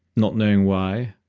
not knowing why.